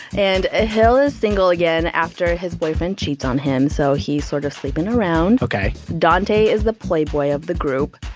and ah hill is single again after his boyfriend cheats on him, so he's sort of sleeping around ok dante is the playboy of the group.